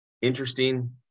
Interesting